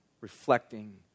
reflecting